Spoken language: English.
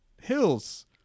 hills